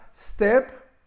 step